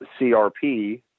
CRP